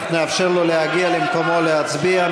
אנחנו נאפשר לו להגיע למקומו ולהצביע.